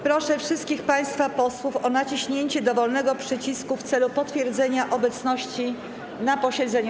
Proszę wszystkich państwa posłów o naciśnięcie dowolnego przycisku w celu potwierdzenia obecności na posiedzeniu.